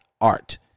art